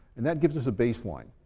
and that gives us a baseline.